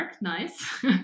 Nice